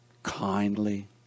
Kindly